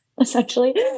essentially